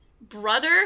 brother